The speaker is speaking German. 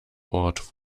ort